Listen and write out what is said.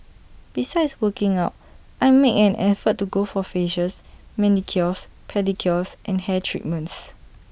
besides working out I make an effort to go for facials manicures pedicures and hair treatments